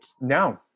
No